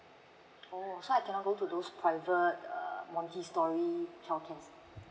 oh so I cannot go those private err montessori childcare